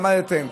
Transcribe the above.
עמדתם.